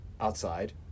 outside